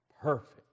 perfect